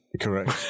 Correct